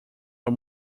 are